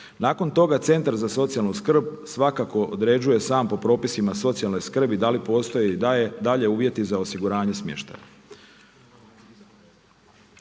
Nakon toga centar za socijalnu skrb svakako određuje sam po propisima socijalne skrbi da li postoji i dalje uvjeti za osiguranje smještaja.